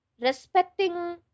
respecting